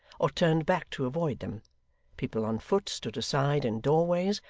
or turned back to avoid them people on foot stood aside in doorways,